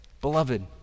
beloved